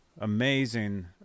amazing